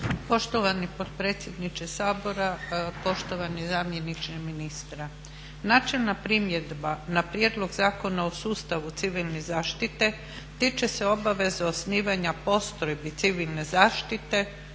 Poštovani potpredsjedniče Sabora, poštovani zamjeniče ministra. Načelna primjedba na prijedlog Zakona o sustavu civilne zaštite tiče se obaveze osnivanja postrojbi civilne zaštite,